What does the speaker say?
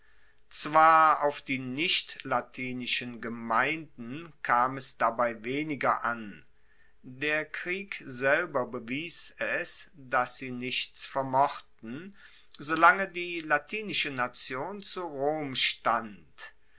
zwar auf die nichtlatinischen gemeinden kam es dabei weniger an der krieg selber bewies es dass sie nichts vermochten solange die latinische nation zu rom stand